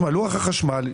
לוח החשמל,